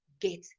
Get